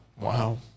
Wow